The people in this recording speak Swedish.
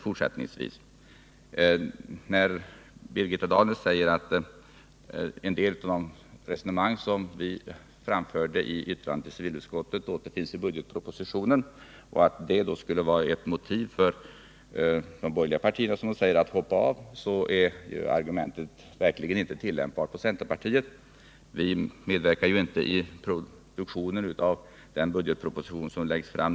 Birgitta Dahl säger nu att en del av det resonemang som vi förde i civilutskottets yttrande återfinns i budgetpropositionen och att det skulle vara ett motiv för de borgerliga partierna att hoppa av. Det argumentet är verkligen inte tillämpbart på centerpartiet. Vi medverkar ju inte i arbetet med den budgetproposition som nu skall läggas fram.